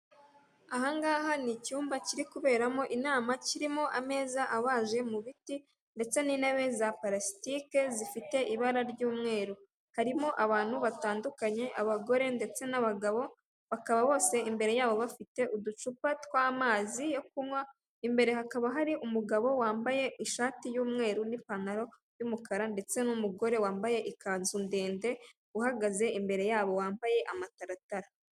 Aha ngaha ni icyumba kiri kuberamo inama kirimo ameza abaje mu biti ndetse n'intebe za purasitike zifite ibara ry'umweru, harimo abantu batandukanye abagore ndetse n'abagabo bakaba bose imbere yabo bafite uducupa tw'amazi yo kunywa, imbere hakaba hari umugabo wambaye ishati y'umweru n'ipantaro y'umukara ndetse n'umugore wambaye ikanzu ndende uhagaze imbere yabo wambaye amataratara.